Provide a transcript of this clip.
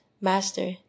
Master